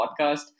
podcast